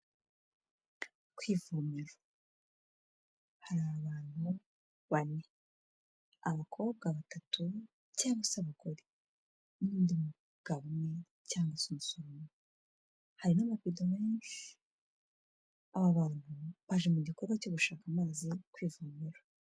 Ku ivomero. Hari abantu bane. Abakobwa batatu cyangwa se abagore n'undi mugabo umwe cyangwa se umusore umwe. Hari n'amabido menshi. Aba bantu baje mu gikorwa cyo gushaka amazi yo ku ivomero.